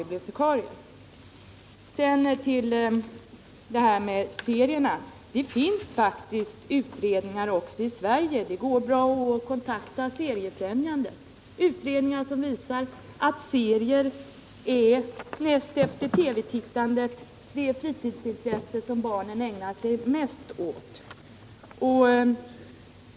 Så vill jag återkomma till frågan om serierna. Det finns faktiskt också utredningar som är gjorda i Sverige — de: går bra att kontakta Seriefrämjandet för att få upplysning om det — och som visar att serier är, näst efter TV-tittandet, det fritidsintresse som barnen ägnar sig mest åt.